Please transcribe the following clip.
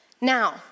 Now